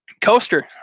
coaster